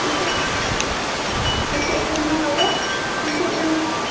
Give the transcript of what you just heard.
কীসের কীসের জন্য হবে কীসের জন্য হবে